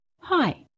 Hi